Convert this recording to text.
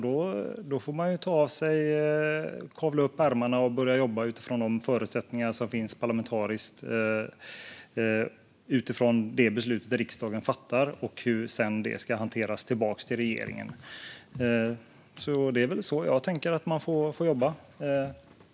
Då får man ta och kavla upp ärmarna och börja jobba utifrån de förutsättningar som finns parlamentariskt i och med det beslut som riksdagen fattar och se hur det ska hanteras tillbaka till regeringen. Det är väl så jag tänker att man får jobba.